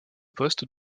poste